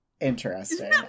interesting